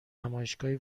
نمایشگاهی